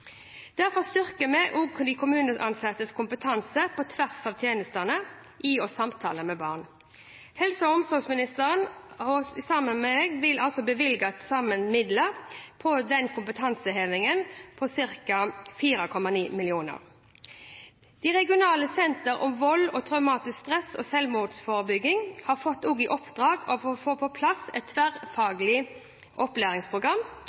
Derfor styrker vi kommuneansattes kompetanse – på tvers av tjenester – i å samtale med barn. Helse- og omsorgsministeren og jeg bevilger til sammen midler på ca. 4,9 mill. kr til denne kompetansehevingen. De regionale sentrene om vold, traumatisk stress og selvmordsforebygging har fått i oppdrag å få på plass et tverrfaglig opplæringsprogram.